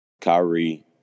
Kyrie